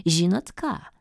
žinot ką